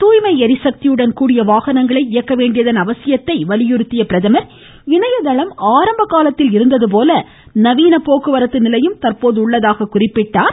துாய்மை ளிசக்தியுடன் கூடிய வாகனங்களை இயக்க வேண்டியதன் அவசியத்தை எடுத்துரைத்த பிரதமர் இணையதளம் ஆரம்ப காலத்தில் இருந்தது போல நவீன போக்குவரத்து நிலையும் தற்போது உள்ளதாக குறிப்பிட்டார்